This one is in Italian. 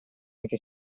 anche